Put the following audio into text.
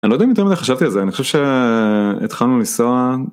אני לא יודע אם יותר מדי חשבתי על זה אני חושב שהתחלנו לנסוע.